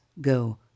go